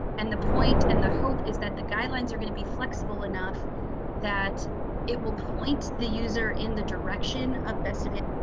and the point. and the hope is that the guidelines are going to be flexible enough that it will point the user in the direction of best of it.